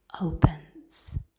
opens